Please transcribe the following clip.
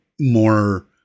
more